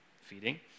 feeding